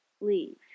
leave